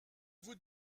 vous